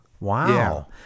Wow